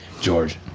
George